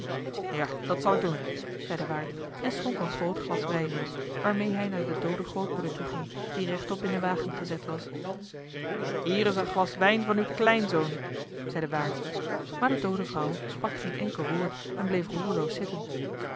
ja dat zal ik doen zei de waard en schonk een groot glas wijn in waarmee hij naar de doode grootmoeder toe ging die rechtop in den wagen gezet was hier is een glas wijn van uw kleinzoon zei de waard maar de doode vrouw sprak geen enkel woord en bleef roerloos zitten